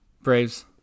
Braves